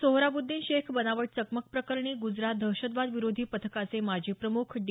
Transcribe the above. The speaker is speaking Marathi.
सोहराबुद्दीन शेख बनावट चकमकप्रकरणी गुजरात दहशतवादविरोधी पथकाचे माजी प्रमुख डी